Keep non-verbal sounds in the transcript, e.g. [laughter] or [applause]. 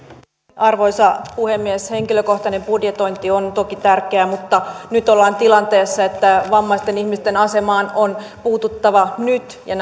arvoisa puhemies henkilökohtainen budjetointi on toki tärkeä mutta nyt ollaan tilanteessa että vammaisten ihmisten asemaan on puututtava nyt ja [unintelligible]